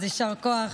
אז יישר כוח.